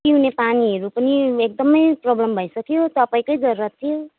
पिउने पानीहरू पनि एकदमै प्रोब्लम भइसक्यो तपाईँकै जरुरत थियो